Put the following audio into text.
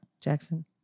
Jackson